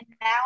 now